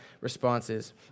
responses